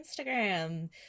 Instagram